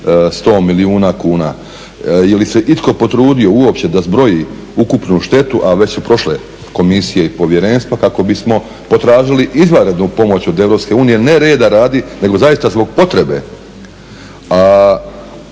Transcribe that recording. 100 milijuna kuna. Je li se itko potrudio uopće da zbroji ukupnu štetu, a već su prošle komisije i povjerenstva, kako bismo potražili izvanrednu pomoć od EU ne reda radi nego zaista zbog potrebe tako